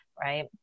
right